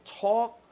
talk